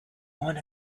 one